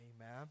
amen